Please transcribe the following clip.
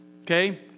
okay